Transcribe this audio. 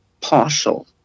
partial